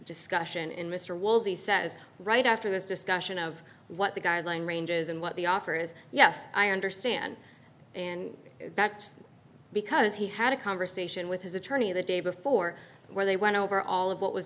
discussion in mr woolsey says right after this discussion of what the guideline ranges and what the offer is yes i understand and that's because he had a conversation with his attorney the day before where they went over all of what was